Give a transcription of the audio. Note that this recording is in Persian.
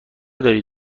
داری